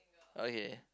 okay